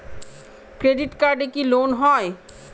Credit কার্ডে কি loan হয়?